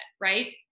right